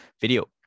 video